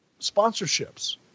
sponsorships